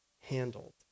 handled